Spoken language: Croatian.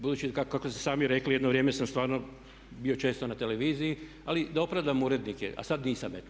Budući kako ste sami rekli jedno vrijeme sam stvarno bio često na televiziji, ali da opravdam urednike, a sad nisam eto.